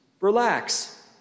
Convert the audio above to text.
Relax